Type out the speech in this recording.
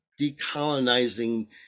decolonizing